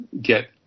get